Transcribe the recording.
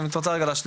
אם את רוצה להשלים.